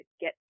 get